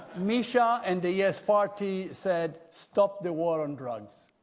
misha and the yes party said stop the war on drugs.